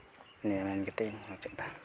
ᱱᱤᱭᱟᱹ ᱢᱮᱱ ᱠᱟᱛᱮᱫ ᱤᱧ ᱢᱩᱪᱟᱹᱫ ᱮᱫᱟ